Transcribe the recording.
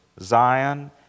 Zion